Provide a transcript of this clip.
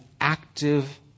active